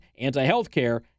anti-healthcare